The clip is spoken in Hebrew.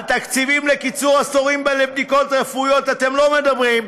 על תקציבים לקיצור התורים לבדיקות רפואיות אתם לא מדברים,